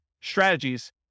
strategies